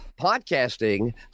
Podcasting